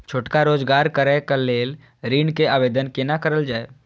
छोटका रोजगार करैक लेल ऋण के आवेदन केना करल जाय?